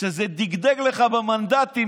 כשזה דגדג לך במנדטים,